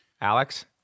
Alex